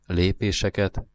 lépéseket